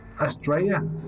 Australia